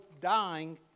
dying